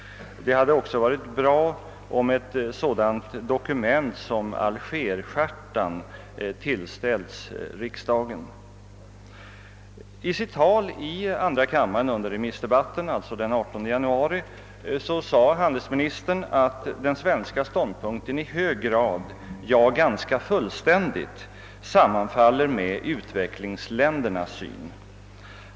Det hade också varit bra om ett sådant dokument som Alger-chartan hade tillställts riksdagen. I sitt tal i andra kammaren under remissdebatten den 18 januari sade handelsministern att den svenska ståndpunkten i hög grad — ja, ganska full ständigt — sammanfaller med utvecklingsländernas syn.